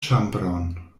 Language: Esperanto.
ĉambron